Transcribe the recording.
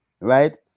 right